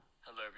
Hello